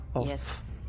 Yes